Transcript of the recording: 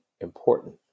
important